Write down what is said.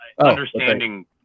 understanding